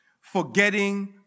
forgetting